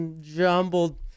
jumbled